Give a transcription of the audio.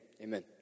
Amen